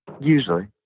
Usually